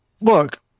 Look